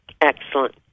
Excellent